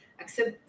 accept